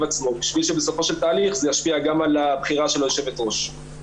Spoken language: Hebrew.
עצמו בשביל שבסופו של תהליך זה ישפיע גם על הבחירה של היושבת ראש,